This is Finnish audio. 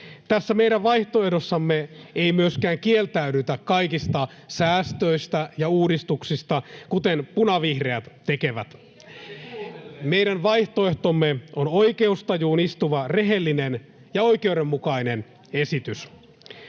Tässä meidän vaihtoehdossamme ei myöskään kieltäydytä kaikista säästöistä ja uudistuksista, kuten punavihreät tekevät. [Timo Harakka: Ette kuunnellut!] Meidän vaihtoehtomme on oikeustajuun istuva rehellinen ja oikeudenmukainen esitys.